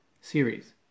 series